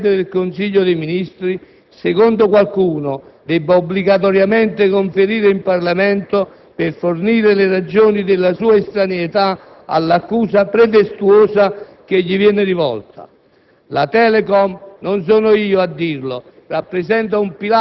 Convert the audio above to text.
Tutt'altra questione è invece quella per cui il Presidente del Consiglio dei ministri, secondo qualcuno, debba obbligatoriamente conferire in Parlamento per fornire le ragioni della sua estraneità all'accusa pretestuosa che gli viene rivolta.